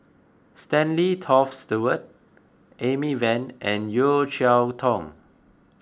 Stanley Toft Stewart Amy Van and Yeo Cheow Tong